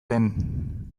den